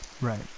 Right